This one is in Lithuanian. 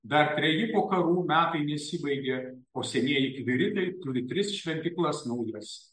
dar treji po karų metai nesibaigė o senieji kibiritai turi tris šventyklas naujas